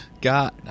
god